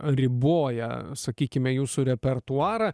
riboja sakykime jūsų repertuarą